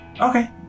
okay